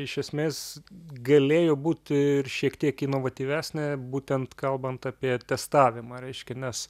iš esmės galėjo būt ir šiek tiek inovatyvesnė būtent kalbant apie testavimą reiškia nes